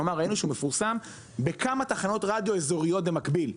כלומר ראינו שמפורסם בכמה תחנות רדיו אזוריות במקביל.